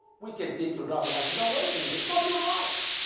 we can take your driver license away from you. it's not your rights